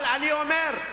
אבל אני אומר: